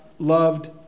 loved